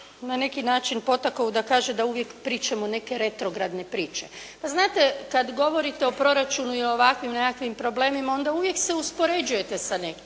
na neki način potakao da kaže da uvijek pričamo neke retrogradne priče. Znate kada govorite o proračunu i o ovakvim nekakvim problemima, onda uvijek se uspoređujete sa nekim,